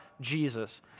Jesus